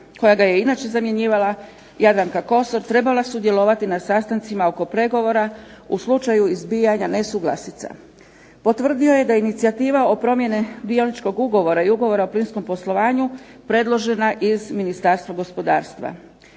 koja ga je i inače zamjenjivala, Jadranka Kosor, trebala sudjelovati na sastancima oko pregovora u slučaju izbijanja nesuglasica. Potvrdio je da je inicijativa o promjeni Dioničkog ugovora i Ugovora o plinskom poslovanju predložena iz Ministarstva gospodarstva.